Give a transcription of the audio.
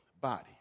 body